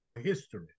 history